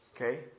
Okay